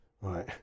Right